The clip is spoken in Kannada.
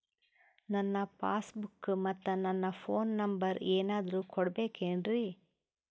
ನನ್ನ ಪಾಸ್ ಬುಕ್ ಮತ್ ನನ್ನ ಫೋನ್ ನಂಬರ್ ಏನಾದ್ರು ಕೊಡಬೇಕೆನ್ರಿ?